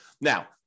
Now